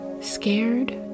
scared